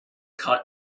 caught